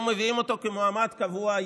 אם היו מביאים אותו כמועמד קבוע,